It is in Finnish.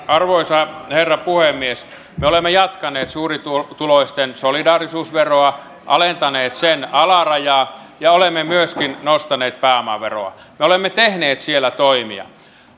arvoisa herra puhemies me olemme jatkaneet suurituloisten solidaarisuusveroa alentaneet sen alarajaa ja olemme myöskin nostaneet pääomaveroa me olemme tehneet siellä toimia